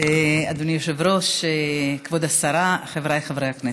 אדוני היושב-ראש, כבוד השרה, חבריי חברי הכנסת,